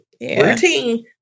routine